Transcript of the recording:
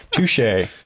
Touche